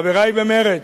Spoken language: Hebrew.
חברי במרצ,